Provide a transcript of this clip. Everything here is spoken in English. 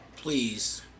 Please